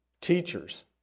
teachers